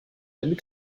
début